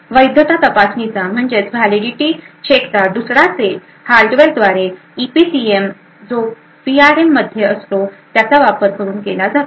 वैधता तपासणीचा म्हणजे व्हॅलेडीटी चेकचा दुसरा सेट हार्डवेअरद्वारे ईपीसीएम जो पीआरएममध्ये असतो त्याचा वापर करून केला जातो